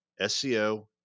SEO